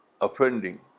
offending